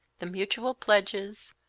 the mutual pledges,